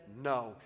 no